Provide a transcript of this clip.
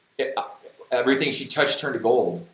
everything she touched turned to gold.